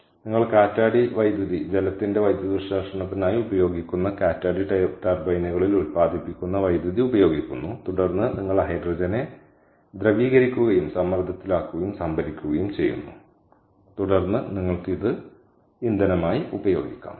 അതിനാൽ നിങ്ങൾ കാറ്റാടി വൈദ്യുതി ജലത്തിന്റെ വൈദ്യുതവിശ്ലേഷണത്തിനായി ഉപയോഗിക്കുന്ന കാറ്റാടി ടർബൈനുകളിൽ ഉൽപ്പാദിപ്പിക്കുന്ന വൈദ്യുതി ഉപയോഗിക്കുന്നു തുടർന്ന് നിങ്ങൾ ഹൈഡ്രജനെ ദ്രവീകരിക്കുകയും സമ്മർദ്ദത്തിലാക്കുകയും സംഭരിക്കുകയും ചെയ്യുന്നു തുടർന്ന് നിങ്ങൾക്ക് അത് ഇന്ധനമായി ഉപയോഗിക്കാം